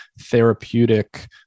therapeutic